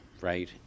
right